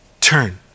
turn